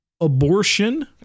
abortion